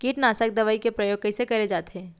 कीटनाशक दवई के प्रयोग कइसे करे जाथे?